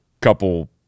couple